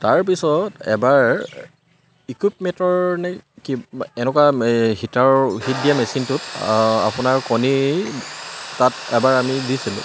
তাৰপিছত এবাৰ ইকুইপমেটৰ নে কি এনেকুৱা হিটাৰৰ হিট দিয়া মেচিনটোত আপোনাৰ কণী তাত এবাৰ আমি দিছিলোঁ